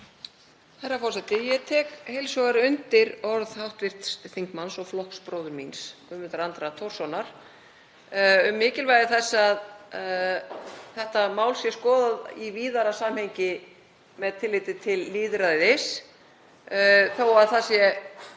Herra forseti. Ég tek heils hugar undir orð hv. þingmanns og flokksbróður míns, Guðmundar Andra Thorssonar, um mikilvægi þess að þetta mál sé skoðað í víðara samhengi með tilliti til lýðræðis. Þó að það sé gott